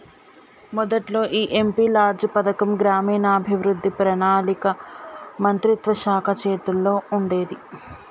మొదట్లో ఈ MP LADS పథకం గ్రామీణాభివృద్ధి పణాళిక మంత్రిత్వ శాఖ చేతుల్లో ఉండేది